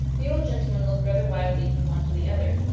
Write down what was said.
the old gentleman looked rather wildly from one to the other.